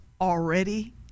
already